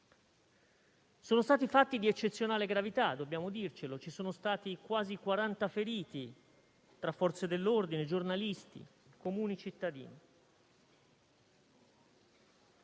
Sono stati fatti di eccezionale gravità, dobbiamo dircelo: ci sono stati quasi 40 feriti tra Forze dell'ordine, giornalisti, comuni cittadini.